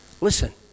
Listen